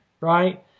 right